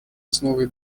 основой